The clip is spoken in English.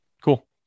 Cool